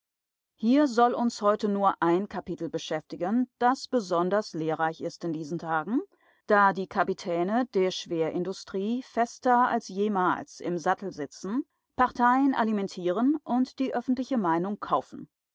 hier soll uns heute nur ein kapitel beschäftigen das besonders lehrreich ist in diesen tagen da die kapitäne der schwerindustrie fester als jemals im sattel sitzen parteien alimentieren und die öffentliche meinung kaufen